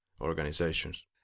organizations